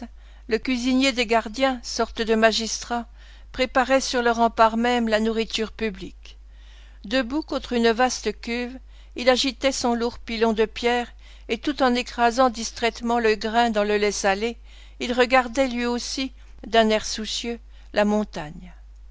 le cuisinier des gardiens sorte de magistrat préparait sur le rempart même la nourriture publique debout contre une vaste cuve il agitait son lourd pilon de pierre et tout en écrasant distraitement le grain dans le lait salé il regardait lui aussi d'un air soucieux la montagne